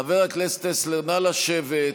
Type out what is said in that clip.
חבר הכנסת טסלר, נא לשבת.